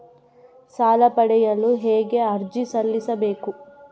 ಸಾಲ ಪಡೆಯಲು ಹೇಗೆ ಅರ್ಜಿ ಸಲ್ಲಿಸಬೇಕು?